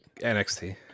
NXT